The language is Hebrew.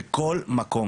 בכל מקום